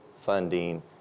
funding